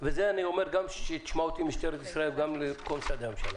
וזה אני אומר גם כדי שתשמע אותי משטרת ישראל וגם לכל משרדי הממשלה